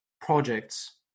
projects